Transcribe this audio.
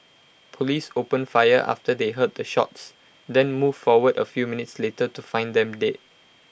Police opened fire after they heard the shots then moved forward A few minutes later to find them dead